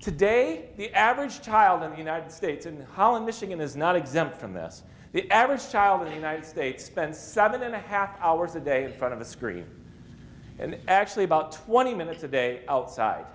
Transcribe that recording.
today the average child in the united states in the holland michigan is not exempt from this the average child in the united states spends seven and a half hours a day front of the screen and actually about twenty minutes a day outside